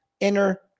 enter